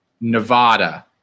Nevada